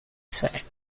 said